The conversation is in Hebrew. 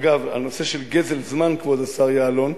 אגב, הנושא של גזל זמן, כבוד השר יעלון,